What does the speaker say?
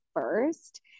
first